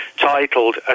titled